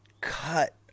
cut